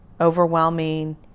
overwhelming